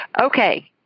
Okay